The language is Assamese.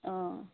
অঁ